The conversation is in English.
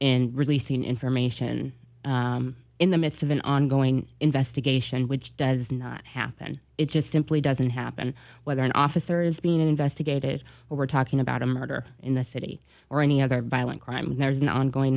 in releasing information in the midst of an ongoing investigation which does not happen it just simply doesn't happen whether an officer is being investigated or we're talking about a murder in the city or any other violent crime there is an ongoing